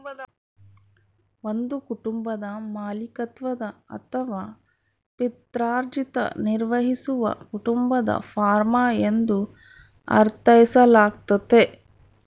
ಒಂದು ಕುಟುಂಬದ ಮಾಲೀಕತ್ವದ ಅಥವಾ ಪಿತ್ರಾರ್ಜಿತ ನಿರ್ವಹಿಸುವ ಕುಟುಂಬದ ಫಾರ್ಮ ಎಂದು ಅರ್ಥೈಸಲಾಗ್ತತೆ